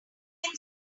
can